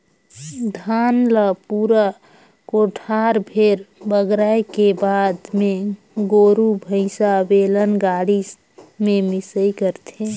धान ल पूरा कोठार भेर बगराए के बाद मे गोरु भईसा, बेलन गाड़ी में मिंसई करथे